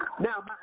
Now